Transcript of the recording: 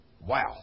Wow